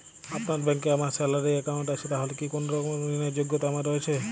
আপনার ব্যাংকে আমার স্যালারি অ্যাকাউন্ট আছে তাহলে কি কোনরকম ঋণ র যোগ্যতা আমার রয়েছে?